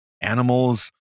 animals